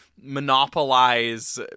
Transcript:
monopolize